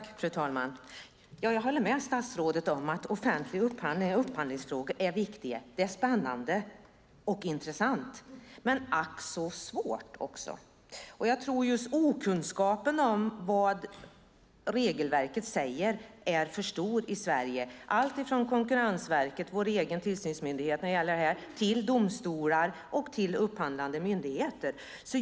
Fru talman! Jag håller med statsrådet om att offentlig upphandling och upphandlingsfrågor är viktiga. Det är spännande och intressanta frågor - men ack så svåra! Jag tror just att okunskapen om vad regelverket säger är för stor i Sverige. Det gäller alltifrån Konkurrensverket, vår egen tillsynsmyndighet i dessa frågor, till domstolar och upphandlande myndigheter.